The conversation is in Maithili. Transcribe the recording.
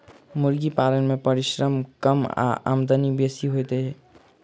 मुर्गी पालन मे परिश्रम कम आ आमदनी बेसी होइत छै